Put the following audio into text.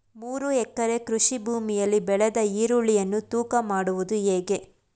ಮೂರು ಎಕರೆ ಕೃಷಿ ಭೂಮಿಯಲ್ಲಿ ಬೆಳೆದ ಈರುಳ್ಳಿಯನ್ನು ತೂಕ ಮಾಡುವುದು ಹೇಗೆ?